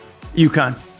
UConn